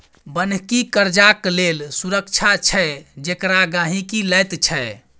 बन्हकी कर्जाक लेल सुरक्षा छै जेकरा गहिंकी लैत छै